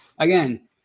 Again